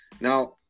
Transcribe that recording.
Now